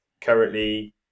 currently